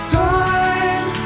time